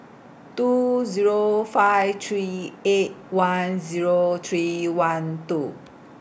two Zero five three eight one Zero three one two